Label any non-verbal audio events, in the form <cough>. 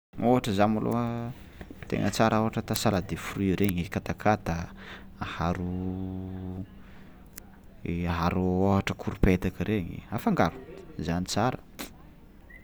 Ohatra zany malôha tegna tsara ôhatra ata salade de fruit regny, katakata aharo i aharo ôhatra koropetaka regny afangaro, zany tsara. <noise>